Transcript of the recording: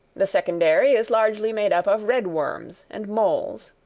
the secondary is largely made up of red worms and moles.